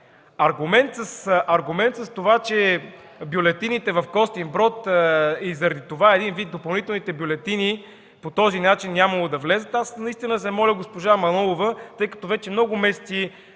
Аргументът с бюлетините в Костинброд – един вид допълнителните бюлетини по този начин нямало да влязат, наистина моля госпожа Манолова, тъй като вече много месеци